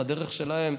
בדרך שלהם,